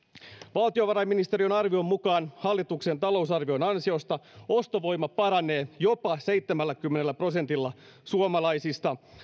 valtiovarainministeriön arvion mukaan hallituksen talousarvion ansiosta ostovoima paranee jopa seitsemälläkymmenellä prosentilla suomalaisista